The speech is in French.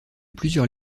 plusieurs